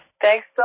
Thanks